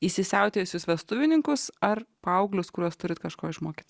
įsisiautėjusius vestuvininkus ar paauglius kuriuos turit kažko išmokyt